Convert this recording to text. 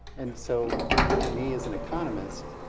and so to me as an economist,